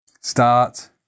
Start